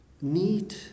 Need